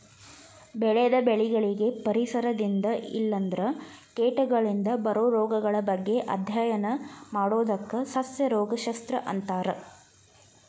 ಬೆಳೆದ ಬೆಳಿಗಳಿಗೆ ಪರಿಸರದಿಂದ ಇಲ್ಲಂದ್ರ ಕೇಟಗಳಿಂದ ಬರೋ ರೋಗಗಳ ಬಗ್ಗೆ ಅಧ್ಯಯನ ಮಾಡೋದಕ್ಕ ಸಸ್ಯ ರೋಗ ಶಸ್ತ್ರ ಅಂತಾರ